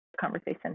conversation